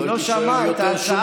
היא לא שמעה את ההצעה.